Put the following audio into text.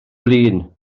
flin